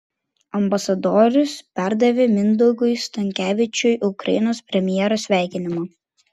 ambasadorius perdavė mindaugui stankevičiui ukrainos premjero sveikinimą